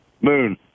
Moon